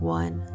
one